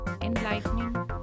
enlightening